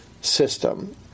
system